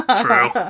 True